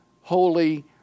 holy